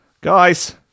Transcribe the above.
guys